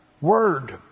word